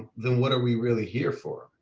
then what are we really here for?